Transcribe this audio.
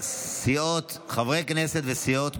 חברי כנסת וסיעות,